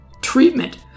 treatment